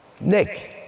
Nick